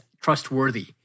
trustworthy